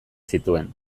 zituen